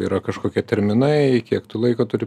yra kažkokie terminai kiek tu laiko turi